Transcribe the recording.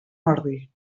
ordi